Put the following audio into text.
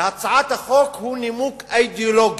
להצעת החוק הוא נימוק אידיאולוגי.